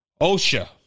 OSHA